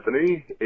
Anthony